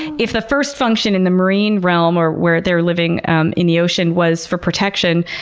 if the first function in the marine realm or where they're living um in the ocean was for protection,